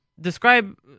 Describe